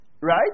Right